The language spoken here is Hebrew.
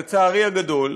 לצערי הגדול,